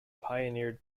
pioneered